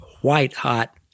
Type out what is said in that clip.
white-hot